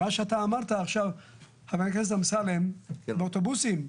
מה שאתה אמרת עכשיו חבר הכנסת אמסלם, באוטובוסים?